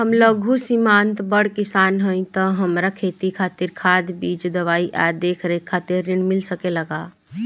हम लघु सिमांत बड़ किसान हईं त हमरा खेती खातिर खाद बीज दवाई आ देखरेख खातिर ऋण मिल सकेला का?